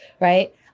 right